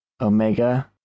Omega